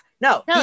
no